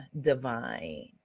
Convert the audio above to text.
divine